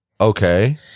Okay